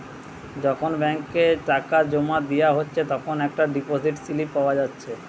যখন ব্যাংকে টাকা জোমা দিয়া হচ্ছে তখন একটা ডিপোসিট স্লিপ পাওয়া যাচ্ছে